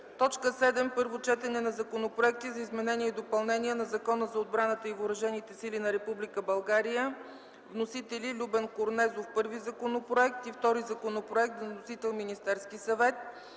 съвет. 7. Първо четене на законопроекти за изменение и допълнение на Закона за отбраната и въоръжените сили на Република България. Вносители: Любен Корнезов – първи законопроект, и втори законопроект – с вносител Министерски съвет.